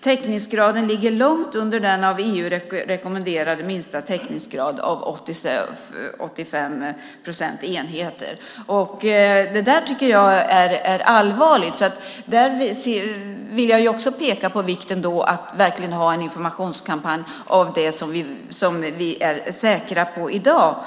Täckningsgraden ligger långt under den av EU rekommenderade minsta täckningsgraden på 85 procent. Det tycker jag är allvarligt. Där vill jag också peka på vikten av att verkligen ha en informationskampanj om det som vi är säkra på i dag.